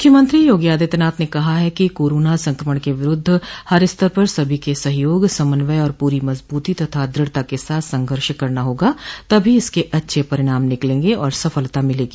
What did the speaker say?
मुख्यमंत्री योगी आदित्यनाथ ने कहा है कि कोरोना संक्रमण के विरुद्ध हर स्तर पर सभी के सहयोग समन्वय और पूरी मजबूती तथा दृढ़ता के साथ संघर्ष करना होगा तभी इसके अच्छे परिणाम निकलेंगे और सफलता मिलेगी